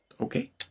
okay